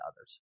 others